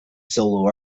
solo